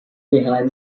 behind